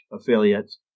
affiliates